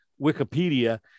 Wikipedia